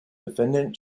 defendant